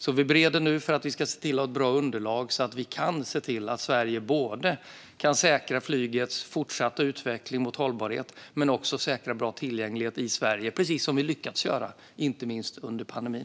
Nu bereder vi för att få ett bra underlag så att vi kan se till att Sverige kan säkra både flygets fortsatta utveckling mot hållbarhet och bra tillgänglighet i Sverige, precis som vi lyckats göra, inte minst under pandemin.